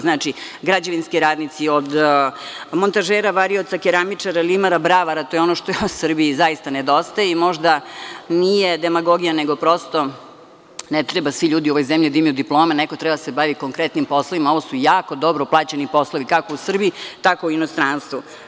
Znači, građevinski radnici, od montažera, varioca, keramičara, limara, bravara, to je ono što u Srbiji zaista nedostaje i možda nije demagogija nego prosto ne treba svi ljudi u ovoj zemlji da imaju diplome, neko treba da se bavi konkretnim poslovima, a ovo su jako dobro plaćeni poslovi, kako u Srbiji tako i u inostranstvu.